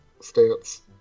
stance